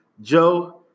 Joe